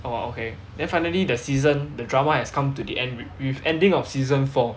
orh okay then finally the season the drama has come to the end wi~ with ending of season four